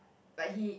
like he